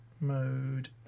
mode